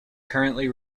currently